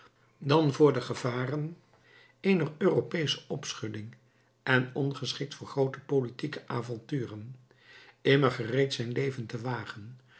dan voor de gevaren eener europeesche opschudding en ongeschikt voor groote politieke avonturen immer gereed zijn leven te wagen